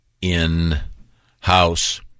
in-house